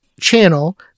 channel